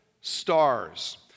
stars